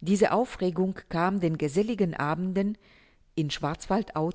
diese aufregung kam den geselligen abenden in schwarzwaldau